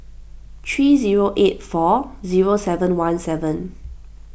three zero eight four zero seven one seven